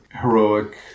heroic